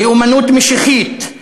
לאומנות משיחית,